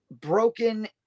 broken